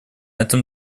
этом